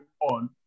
on